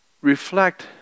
reflect